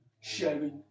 sharing